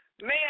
Man